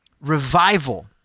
revival